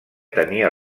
tenia